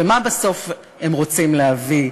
ומה בסוף הם רוצים להביא,